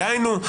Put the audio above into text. דהיינו,